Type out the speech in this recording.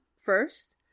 first